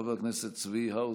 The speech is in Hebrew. חבר הכנסת צבי האוזר,